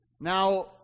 Now